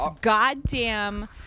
goddamn